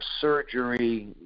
surgery